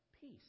peace